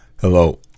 Hello